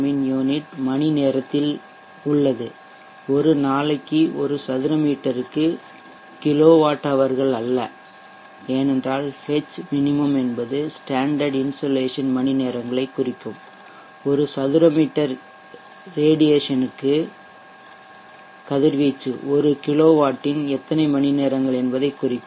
min unit மணி நேரத்தில் உள்ளது ஒரு நாளைக்கு ஒரு சதுரமீட்டர் க்கு கிலோவாட் ஹவர்கள் அல்ல ஏனென்றால் H minimum என்பது ஸ்டேண்டர்ட் இன்சோலேஷன் மணிநேரங்களை குறிக்கும் ஒரு சதுரமீட்டர் ரேடியேசன்க்குகதிர்வீச்சு ஒரு கிலோவாட்டின் எத்தனை மணிநேரங்கள் என்பதைக் குறிக்கும்